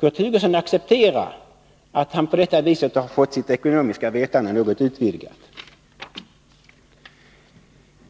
Kurt Hugosson får acceptera att han på detta sätt har fått sitt ekonomiska vetande något utvidgat.